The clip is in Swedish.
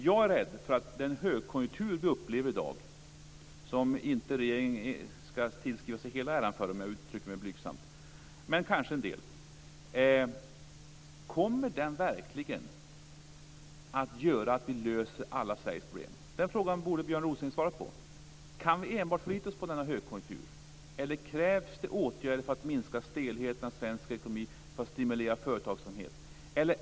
Jag är rädd för att den högkonjunktur som vi upplever i dag - som regeringen inte skall tillskriva sig hela äran av, om jag uttrycker mig blygsamt, men kanske en del - inte kommer att innebära att vi löser alla Sveriges problem. Björn Rosengren borde svara på frågan: Kan vi enbart förlita oss på denna högkonjunktur, eller krävs det åtgärder för att minska stelheten i svensk ekonomi, för att stimulera företagsamheten?